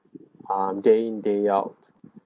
ah day in day out